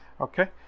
Okay